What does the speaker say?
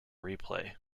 replay